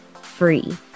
free